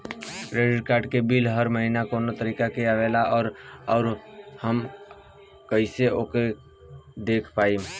Credit card के bill हर महीना कौना तारीक के आवेला और आउर हम कइसे ओकरा के देख पाएम?